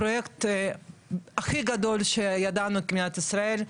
זה הפרויקט הכי גדול שידענו במדינת ישראל,